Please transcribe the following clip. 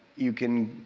you can